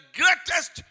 greatest